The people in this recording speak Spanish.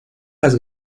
las